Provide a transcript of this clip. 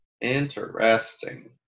Interesting